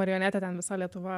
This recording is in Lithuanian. marionetė ten visa lietuva